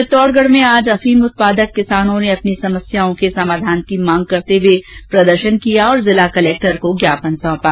चित्तौड़गढ में आज अफीम उत्पादक किसानों ने अपनी समस्याओं के समाधान की मांग करते हुए प्रदर्शन किया और जिला कलेक्टर को ज्ञापन सौंपा